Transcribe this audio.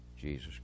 Jesus